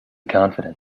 confident